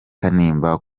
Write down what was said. kanimba